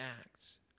Acts